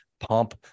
pump